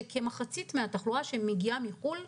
שכמחצית מהתחלואה שמגיעה מחו"ל,